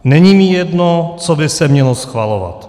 Není mi jedno, co by se mělo schvalovat.